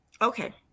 okay